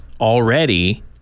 already